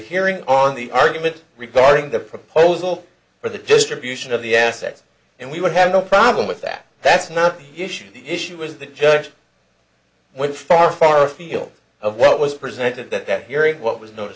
hearing on the argument regarding the proposal for the distribution of the assets and we would have no problem with that that's not the issue the issue is the judge went far far afield of what was presented at that hearing what was no